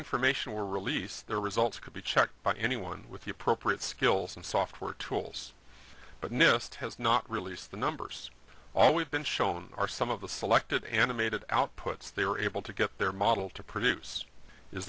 information were released their results could be checked by anyone with the appropriate skills and software tools but nist has not released the numbers all we've been shown are some of the selected animated outputs they are able to get their model to produce is